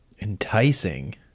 Enticing